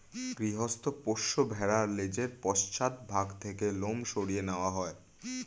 গৃহস্থ পোষ্য ভেড়ার লেজের পশ্চাৎ ভাগ থেকে লোম সরিয়ে নেওয়া হয়